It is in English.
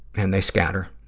and they scatter.